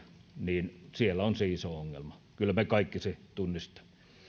niin siellä on iso ongelma kyllä me kaikki sen tunnistamme